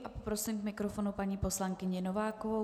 Poprosím k mikrofonu paní poslankyni Novákovou.